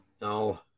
No